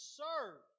serve